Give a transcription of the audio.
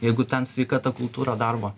jeigu ten sveika ta kultūra darbo